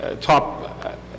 top